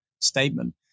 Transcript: statement